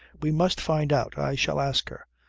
we must find out! i shall ask her.